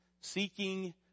Seeking